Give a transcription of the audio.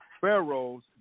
pharaohs